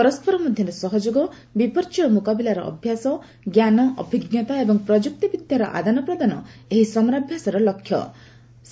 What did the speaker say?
ପରସ୍କର ମଧ୍ୟରେ ସହଯୋଗ ବିପର୍ଯ୍ୟୟ ମୁକାବିଲା ଅଭ୍ୟାସ ଜ୍ଞାନ ଅଭିଜ୍ଞତା ଓ ପ୍ରଯୁକ୍ତି ବିଦ୍ୟାର ଆଦାନ ପ୍ରଦାନ ଏହି ସମରାଭ୍ୟାସର ଲକ୍ଷ୍ୟ ରହିଛି